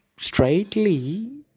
Straightly